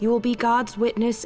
you will be god's witness